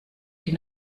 die